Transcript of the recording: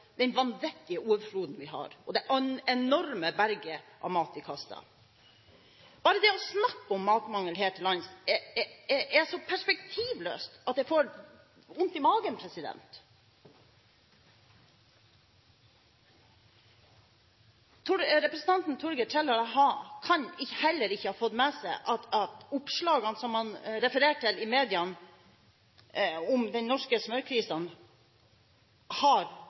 den vanvittige overfloden vi har, og det enorme berget av mat som vi kaster. Bare det å snakke om matmangel her til lands er så perspektivløst at jeg får vondt i magen. Representanten Torgeir Trældal kan heller ikke ha fått med seg at oppslagene som han refererer til i media om den norske smørkrisen, har